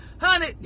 honey